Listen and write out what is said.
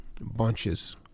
bunches